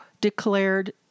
declared